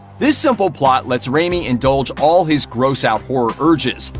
this simple plot lets raimi indulge all his gross-out horror urges,